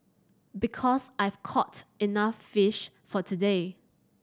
because I've caught enough fish for today